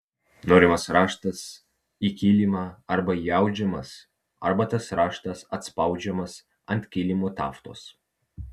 norimas raštas į kilimą arba įaudžiamas arba tas raštas atspaudžiamas ant kilimo taftos